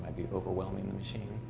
overwhelming she